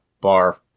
bar